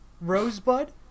Rosebud